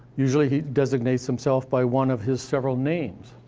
usually he designates himself by one of his several names.